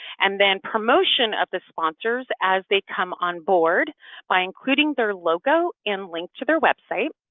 and then promotion of the sponsors as they come on board by including their logo and link to their website,